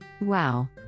Wow